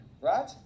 right